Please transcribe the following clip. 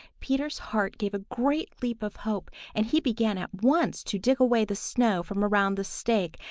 peter's heart gave a great leap of hope, and he began at once to dig away the snow from around the stake,